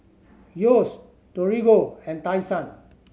Yeo's Torigo and Tai Sun